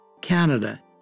Canada